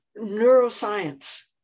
neuroscience